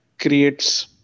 creates